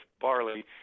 barley